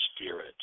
spirit